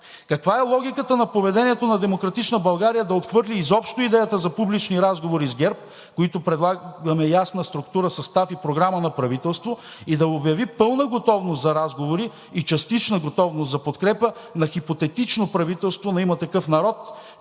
каква е логиката на поведението на „Демократична България“ да отхвърли изобщо идеята за публични разговори с ГЕРБ, които предлагаме ясна структура, състав и програма на правителство и да обяви пълна готовност за разговори и частична готовност за подкрепа на хипотетично правителство на „Има такъв народ“,